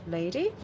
lady